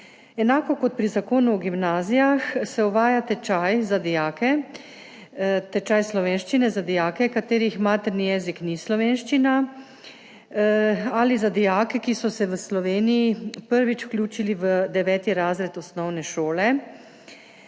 Enako kot pri Zakonu o gimnazijah se uvaja tečaj slovenščine za dijake, katerih materni jezik ni slovenščina, ali za dijake, ki so se v Sloveniji prvič vključili v 9. razred osnovne šole.